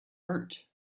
art